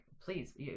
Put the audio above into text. please